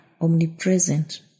omnipresent